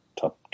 top